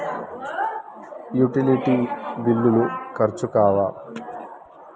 Utility బిల్లులు ఖర్చు కావా?